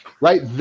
right